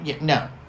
no